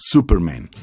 Superman